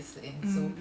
mm